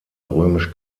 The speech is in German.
römisch